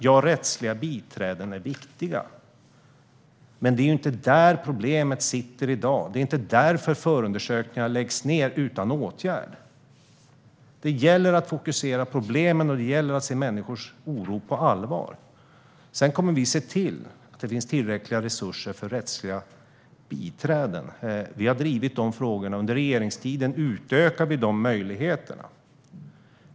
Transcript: Ja, rättsliga biträden är viktiga, men det är inte där problemet sitter i dag. Det är inte därför förundersökningar läggs ned utan åtgärd. Det gäller att fokusera på problemen, och det gäller att ta människors oro på allvar. Vi kommer att se till att det finns tillräckliga resurser för rättsliga biträden. Vi har drivit de frågorna. Under regeringstiden utökade vi de möjligheterna.